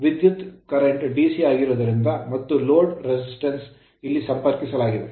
ವಿದ್ಯುತ್ current current DC ಆಗಿರುವುದರಿಂದ ಮತ್ತು load ಲೋಡ್ resistance ಪ್ರತಿರೋಧವನ್ನು ಇಲ್ಲಿ ಸಂಪರ್ಕಿಸಲಾಗಿದೆ